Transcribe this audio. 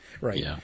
Right